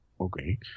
Okay